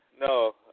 no